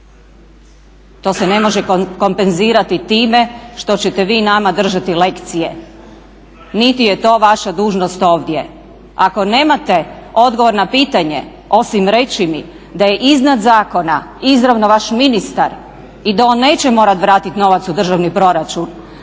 to se ne može kompenzirati time što ćete vi nama držati lekcije niti je to vaša dužnost ovdje. Ako nemate odgovor na pitanje osim reći mi da je iznad zakona izravno vaš ministar i da on neće morat vratit novac u državni proračun,